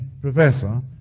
professor